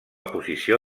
posició